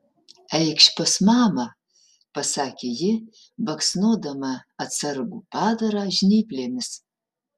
eikš pas mamą pasakė ji baksnodama atsargų padarą žnyplėmis